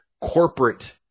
corporate